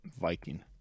Viking